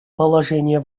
положение